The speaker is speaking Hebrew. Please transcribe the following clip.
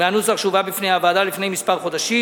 מהנוסח שהובא בפני הוועדה לפני כמה חודשים.